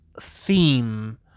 theme